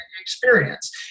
experience